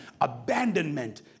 Abandonment